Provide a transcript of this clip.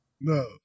No